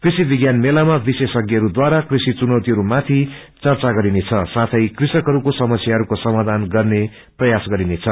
कृषि विज्ञाान मेलामा विशेषज्ञहरूद्वारा कृषि चुनौतीहरू माथि चर्चा गरिनेछ साौँ कृषकहरूको समस्याहरूको सामाधान गर्ने प्रयास पनि गरिनेछ